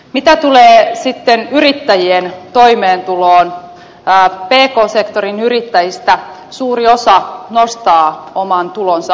mitä tulee sitten yrittäjien toimeentuloon pk sektorin yrittäjistä suuri osa nostaa oman tulonsa ansiotulona